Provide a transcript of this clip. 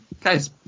guys